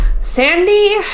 Sandy